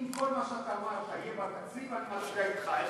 אם כל מה שאתה אמרת יהיה בתקציב, אני מצביע אתך.